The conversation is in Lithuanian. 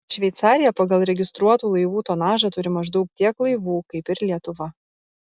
šveicarija pagal registruotų laivų tonažą turi maždaug tiek laivų kaip ir lietuva